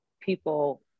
people